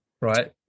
right